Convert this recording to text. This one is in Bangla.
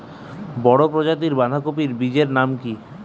বড় প্রজাতীর বাঁধাকপির বীজের নাম কি?